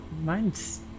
Mine's